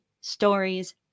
stories